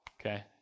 okay